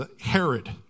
Herod